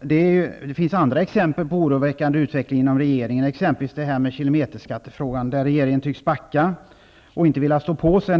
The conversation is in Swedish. Det finns andra exempel på en oroväckande utveckling inom regeringen, t.ex. när det gäller kilometerskatten. Regeringen tycks i det fallet backa och inte vilja stå på sig.